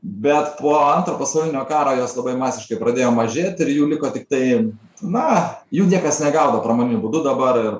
bet po antro pasaulinio karo jos labai masiškai pradėjo mažėt ir jų liko tiktai na jų niekas negaudo pramoniniu būdu dabar ir